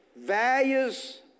Values